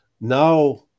now